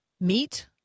meat